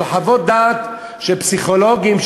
של חוות דעת של פסיכולוגים,